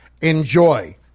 enjoy